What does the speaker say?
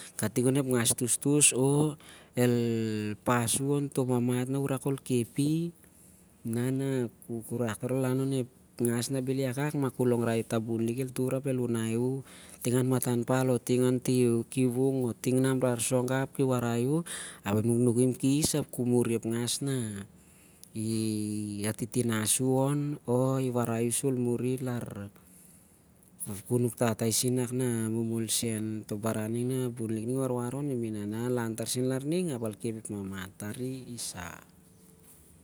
Kating onep ngas tostos o- ontoh mamat nah urak ol- kep- i nah urak ol inan onep ngas na bhel iwakwak ap ol long nai ta bun lik el wunai u ting an matan pal. Ap ki ati- ti- nas- u- on. sur ol muri ap tari isah